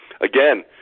Again